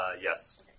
Yes